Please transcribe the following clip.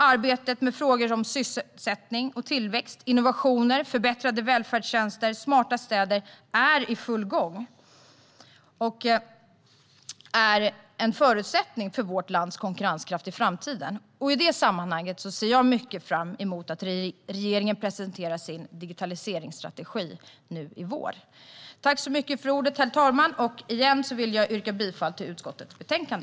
Arbetet med frågor om sysselsättning, tillväxt, innovationer, förbättrade välfärdstjänster och smarta städer är i full gång och är en förutsättning för vårt lands konkurrenskraft i framtiden. I det sammanhanget ser jag mycket fram emot att regeringen i vår presenterar sin digitaliseringsstrategi. Herr talman! Jag tackar för ordet och yrkar åter bifall till utskottets förslag.